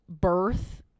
birth